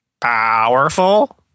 powerful